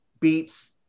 beats